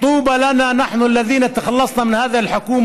להלן תרגומם: אשרינו שנפטרנו מהממשלה